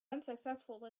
unsuccessful